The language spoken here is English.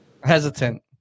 Hesitant